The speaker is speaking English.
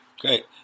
great